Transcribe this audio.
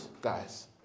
guys